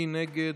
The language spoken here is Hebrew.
מי נגד?